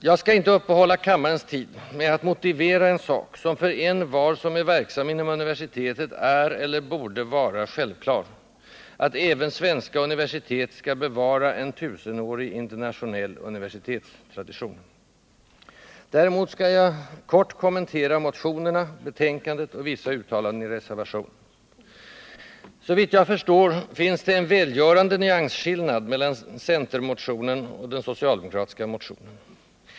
Jag skall inte uppta kammarens tid med att motivera en sak som för envar som är verksam inom universitetet är eller borde vara självklar, nämligen att även svenska universitet skall bevara en tusenårig internationell universitetstradition. Däremot skall jag kort kommentera motionerna, betänkandet och vissa uttalanden i reservationen. Såvitt jag förstår finns det en välgörande nyansskillnad mellan centermotionen och den socialdemokratiska motionen.